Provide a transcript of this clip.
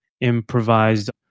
improvised